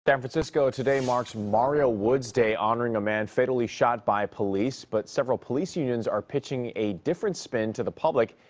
san francisco, today marks mario woods day. honoring a man fatally shot by cops. but several police unions are pitching a different spin, to the public.